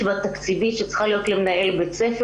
והתקציבית שצריכה להיות למנהל בית ספר.